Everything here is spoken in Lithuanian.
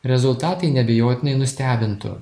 rezultatai neabejotinai nustebintų